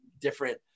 different